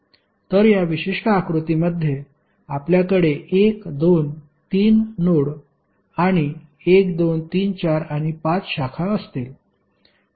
तर या विशिष्ट आकृतीमध्ये आपल्याकडे 1 2 3 नोड आणि 1234 आणि 5 शाखा असतील